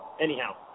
Anyhow